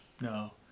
No